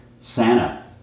Santa